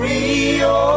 Rio